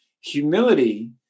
Humility